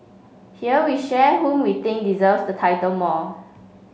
here we share whom we think deserves the title more